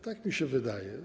Tak mi się wydaje.